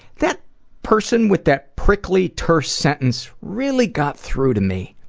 that person with that prickly, terse sentence really got through to me.